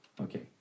Okay